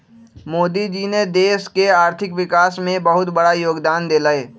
मोदी जी ने देश के आर्थिक विकास में बहुत बड़ा योगदान देलय